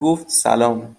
گفتسلام